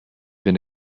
been